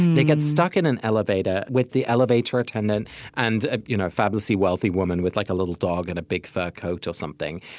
they get stuck in an elevator with the elevator attendant and a you know fabulously wealthy woman with like a little dog and a big fur coat or something.